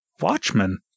Watchmen